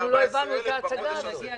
עוד מעט נגיע לזה.